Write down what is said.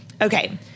Okay